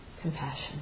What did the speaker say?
compassion